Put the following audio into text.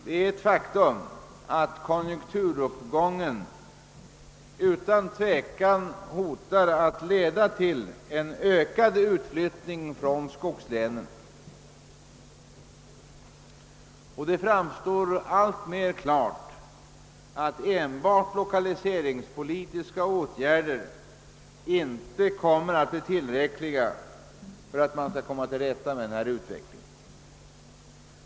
Det är ett faktum att konjunkturuppgången hotar att leda till en ökad utflyttning från skogslänen. Det framstår som alltmer klart att enbart lokaliseringspolitiska åtgärder inte är tillräckliga för att komma till rätta med utvecklingen.